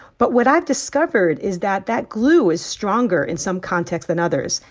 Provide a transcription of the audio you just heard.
but what i've discovered is that that glue is stronger in some context than others.